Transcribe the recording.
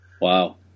wow